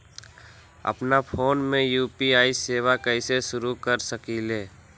अपना फ़ोन मे यू.पी.आई सेवा कईसे शुरू कर सकीले?